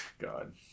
god